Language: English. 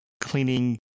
cleaning